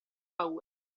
paura